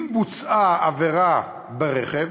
אם בוצעה עבירה ברכב